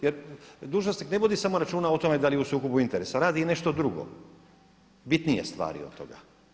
Jer dužnosnik ne vodi samo računa o tome da li je u sukobu interesa radi i nešto drugo, bitnije stvari od toga.